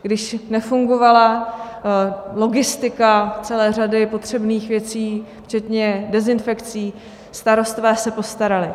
Když nefungovala logistika celé řady potřebných věcí včetně dezinfekcí, starostové se postarali.